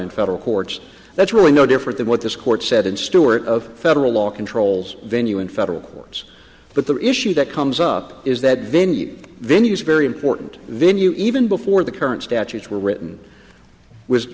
in federal courts that's really no different than what this court said in stuart of federal law controls venue in federal courts but the issue that comes up is that venue venue is very important venue even before the current statutes were written was